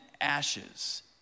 ashes